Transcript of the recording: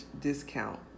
discount